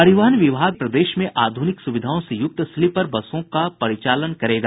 परिवहन विभाग प्रदेश में आधुनिक सुविधाओं से युक्त स्लीपर बसों का परिचालन करेगा